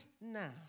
now